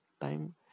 time